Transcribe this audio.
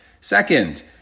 Second